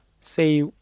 say